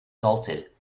salted